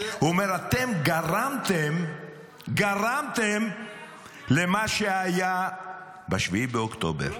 הוא אומר: אתם גרמתם למה שהיה ב-7 באוקטובר.